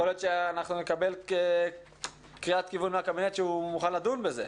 יכול להיות שנקבל קריאת כיוון מהקבינט שהוא מוכן לדון בזה.